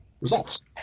results